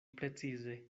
precize